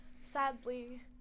Sadly